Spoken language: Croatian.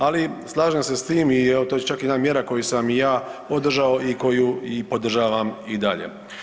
Ali slažem se s tim i to je čak jedna mjera koju sam i ja podržao i koju i podržavam i dalje.